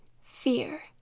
fear